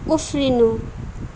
उफ्रिनु